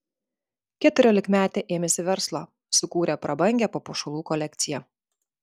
keturiolikmetė ėmėsi verslo sukūrė prabangią papuošalų kolekciją